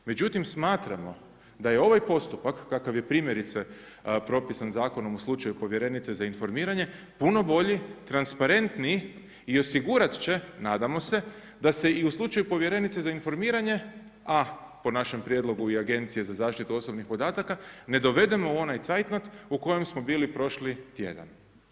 Međutim smatramo da je ovaj postupak kakav je primjerice propisan zakonom u slučaju povjerenice za informiranje, puno bolji, transparentniji i osigurat će nadamo se, da se i u slučaju povjerenice za informiranja a po našem prijedlogu i Agencije za zaštitu osobnih podataka, ne dovedemo u onaj zeit note u kojem smo bili prošli tjedan.